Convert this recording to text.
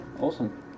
awesome